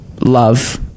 love